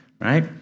right